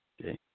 okay